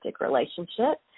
relationship